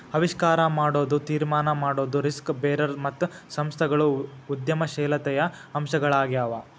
ಆವಿಷ್ಕಾರ ಮಾಡೊದು, ತೀರ್ಮಾನ ಮಾಡೊದು, ರಿಸ್ಕ್ ಬೇರರ್ ಮತ್ತು ಸಂಸ್ಥೆಗಳು ಉದ್ಯಮಶೇಲತೆಯ ಅಂಶಗಳಾಗ್ಯಾವು